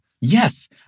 Yes